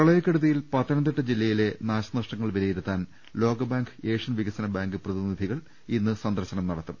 പ്രളയക്കെടുതിയിൽ പത്തനംതിട്ട ജില്ലയിലെ നാശനഷ്ടങ്ങൾ വില യിരുത്താൻ ലോകബാങ്ക് ഏഷ്യൻ വികസന ബാങ്ക് പ്രതിനിധികൾ ഇന്ന് സന്ദർശനം നടത്തും